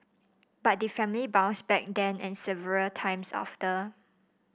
but the family bounced back then and several times after